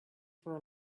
for